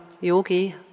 yogi